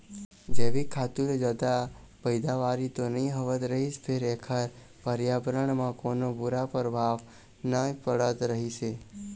जइविक खातू ले जादा पइदावारी तो नइ होवत रहिस फेर एखर परयाबरन म कोनो बूरा परभाव नइ पड़त रहिस हे